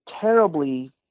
terribly